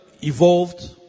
evolved